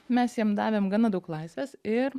mes jiem davėm gana daug laisvės ir